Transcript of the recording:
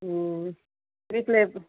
ம் வீட்டில் எப்போ